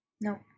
No